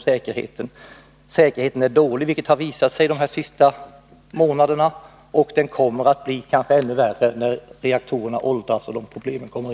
Säkerheten är dålig — det har framgått de senaste månaderna — och den blir kanske ännu sämre när reaktorerna åldras och nya problem uppstår.